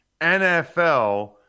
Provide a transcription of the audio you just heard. NFL